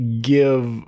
give